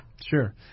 Sure